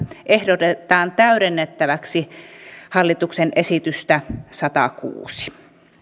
ehdotetaan täydennettäväksi hallituksen esitystä satakuusi